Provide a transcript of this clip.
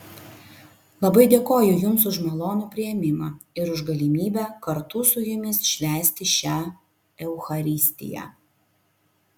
labai dėkoju jums už malonų priėmimą ir už galimybę kartu su jumis švęsti šią eucharistiją